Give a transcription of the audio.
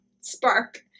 spark